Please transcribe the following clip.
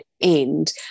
end